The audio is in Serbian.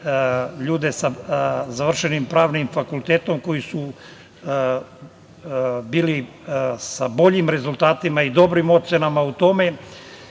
ljude sa završenim Pravnim fakultetom koji su bili sa boljim rezultatima i dobrim ocenama u tome.